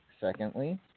secondly